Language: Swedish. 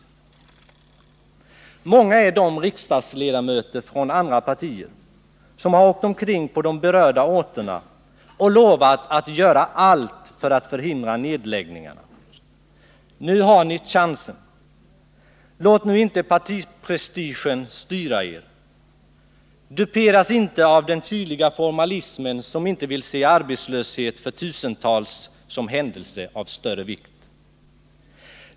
Många är de riksdagsledamöter från andra partier som har åkt omkring på de berörda orterna och lovat att göra allt för att förhindra nedläggningarna. Nu har ni chansen. Låt nu inte partiprestigen styra er! Duperas inte av den kyliga formalismen, som inte vill se arbetslöshet för tusentals som händelse av större vikt!